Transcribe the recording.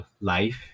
life